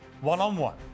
one-on-one